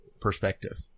perspective